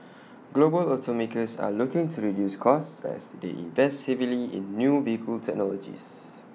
global automakers are looking to reduce costs as they invest heavily in new vehicle technologies